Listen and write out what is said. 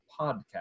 podcast